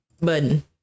button